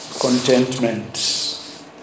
contentment